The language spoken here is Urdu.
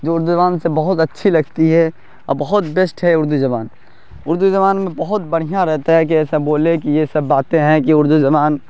جو اردو زبان سے بہت اچھی لگتی ہے اور بہت بیسٹ ہے اردو زبان اردو زبان میں بہت بڑھیا رہتا ہے کہ ایسا بولے کہ یہ سب باتیں ہیں کہ اردو زبان